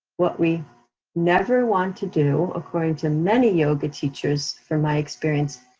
what we never want to do, according to many yoga teachers from my experience,